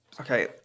Okay